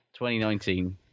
2019